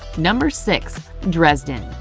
number six. dresden.